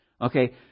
Okay